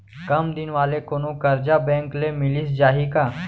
कम दिन वाले कोनो करजा बैंक ले मिलिस जाही का?